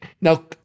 Now